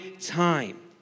time